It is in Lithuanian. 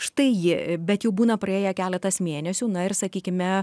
štai ji bet jau būna praėję keletas mėnesių na ir sakykime